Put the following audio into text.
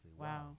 Wow